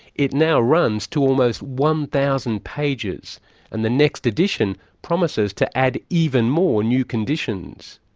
it now runs to almost one thousand pages and the next edition promises to add even more new conditions.